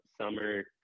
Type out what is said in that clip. summer